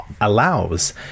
allows